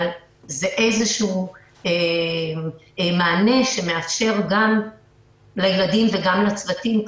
זה איזשהו מענה שמאפשר מפגש גם לילדים וגם לצוותים,